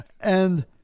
And-